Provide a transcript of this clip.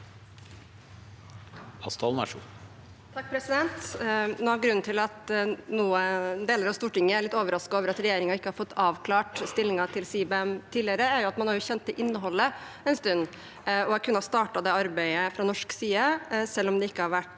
(MDG) Noe av grunnen til at deler av Stortinget er litt overrasket over at regjeringen ikke har fått avklart stillingen til CBAM tidligere, er at man har kjent til innholdet en stund og kunne ha startet det arbeidet fra norsk side selv om det ikke har vært